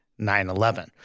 9-11